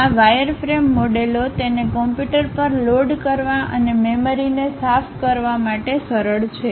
આ વાયરફ્રેમ મોડેલો તેને કમ્પ્યુટર પર લોડ કરવા અને મેમરીને સાફ કરવા માટે સરળ છે